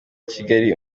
kigali